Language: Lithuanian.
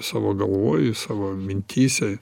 savo galvoj ir savo mintyse